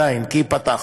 כי ייפתח.